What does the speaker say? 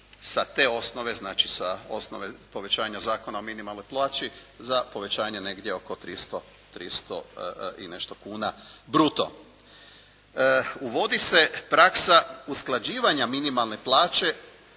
sa te osnove, znači sa osnove povećanja Zakona o minimalnoj plaći za povećanje negdje oko 300, 300 i nešto kuna bruto. Uvodi se praksa usklađivanja minimalne plaće